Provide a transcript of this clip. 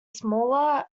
smaller